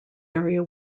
area